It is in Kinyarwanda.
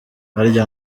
harya